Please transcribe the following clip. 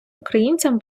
українцям